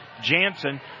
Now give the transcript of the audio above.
Jansen